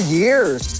years